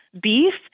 beef